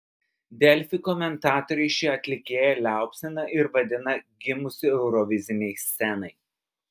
delfi komentatoriai šį atlikėją liaupsina ir vadina gimusiu eurovizinei scenai